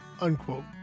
unquote